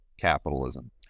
capitalism